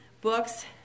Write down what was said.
books